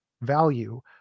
value